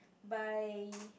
by